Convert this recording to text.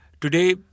today